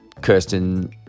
Kirsten